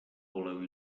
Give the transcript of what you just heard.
voleu